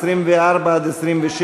24 26,